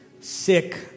sick